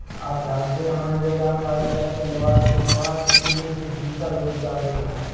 आप जानते है मनरेगा में आवेदक के निवास के पांच किमी के भीतर रोजगार देना है?